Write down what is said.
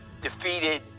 defeated